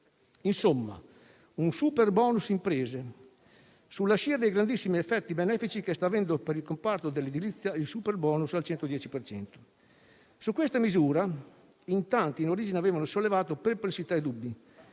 Insomma, un superbonus imprese, sulla scia dei grandissimi effetti benefici che sta avendo per il comparto dell'edilizia il superbonus al 110 per cento. Su questa misura, in tanti in origine avevano sollevato perplessità e dubbi,